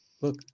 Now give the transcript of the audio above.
look